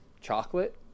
chocolate